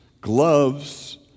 gloves